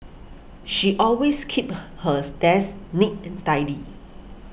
she always keeps hers desk neat and tidy